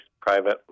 private